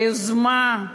ביוזמה,